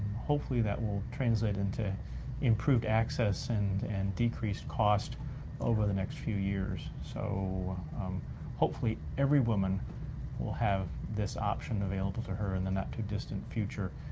hopefully that will translate into improved access and and decreased cost over the next few years. so hopefully every woman will have this option available to her in the not-too-distant future,